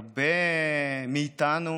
הרבה מאיתנו